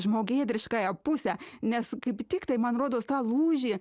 žmogėdriškąją pusę nes kaip tiktai man rodos tą lūžį